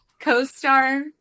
CoStar